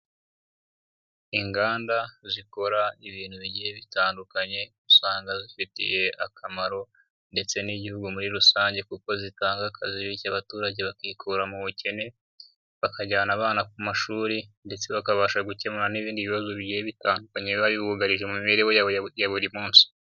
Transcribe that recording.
Inganda zikora ibintu bigiye bitandukanye, usanga zifitiye akamaro ndetse n'Igihugu muri rusange kuko zitanga akazi, bityo abaturage bakikura mu bukene, bakajyana abana ku mashuri ndetse bakabasha gukemura n'ibindi bibazo bigiye bitandukanye biba bibugarije mu mibereho yabo ya buri munsi.